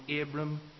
Abram